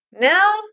now